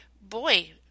boy